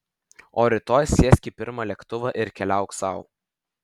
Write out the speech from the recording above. o rytoj sėsk į pirmą lėktuvą ir keliauk sau